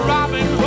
Robin